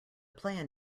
plan